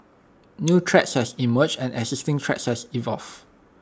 new threats has emerged and existing threats has evolved